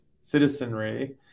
citizenry